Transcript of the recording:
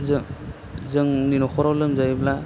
जों जोंनि न'खराव लोमजायोब्ला